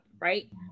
right